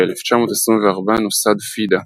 ב-1924 נוסד פיד"ה,